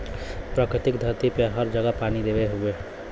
प्रकृति धरती पे हर जगह पानी देले हउवे